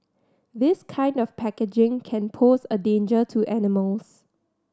this kind of packaging can pose a danger to animals